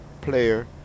player